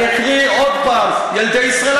אני אקריא עוד פעם: ילדי ישראל,